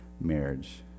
marriage